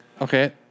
Okay